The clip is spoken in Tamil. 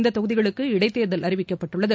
இந்த தொகுதிகளுக்கு இடைத்தோதல் அறிவிக்கப்பட்டுள்ளது